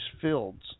fields